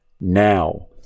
now